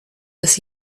des